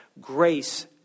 Grace